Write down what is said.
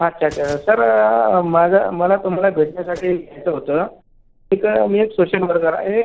अच्छा अच्छा सर माझं मला तुम्हाला भेटण्यासाठी यायचं होतं इथं मी एक सोशल वर्कर आहे